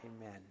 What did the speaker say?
amen